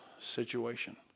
situation